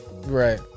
right